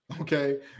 okay